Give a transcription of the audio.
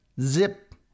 zip